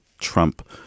Trump